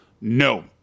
no